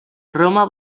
roma